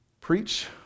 Preach